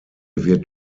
wird